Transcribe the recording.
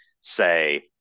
say